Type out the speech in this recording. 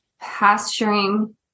pasturing